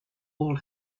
all